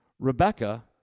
Rebecca